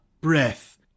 breath